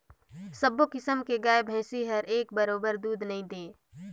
सबो किसम के गाय भइसी हर एके बरोबर दूद नइ दे